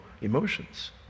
emotions